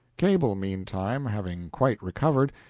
cable, meantime, having quite recovered,